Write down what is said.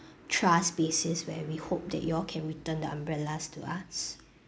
trust basis where we hope that you all can return the umbrellas to us